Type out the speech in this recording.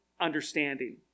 understanding